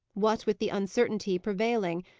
what with the uncertainty prevailing,